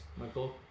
Michael